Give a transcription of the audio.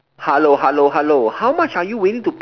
hello hello hello how much are you willing to pay